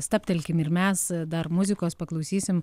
stabtelkim ir mes dar muzikos paklausysim